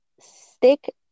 stick